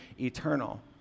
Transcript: eternal